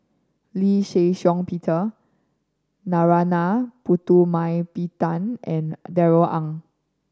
Lee Shih Shiong Peter Narana Putumaippittan and Darrell Ang